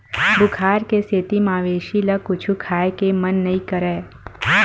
बुखार के सेती मवेशी ल कुछु खाए के मन नइ करय